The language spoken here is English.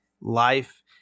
life